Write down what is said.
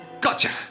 Gotcha